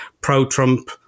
pro-Trump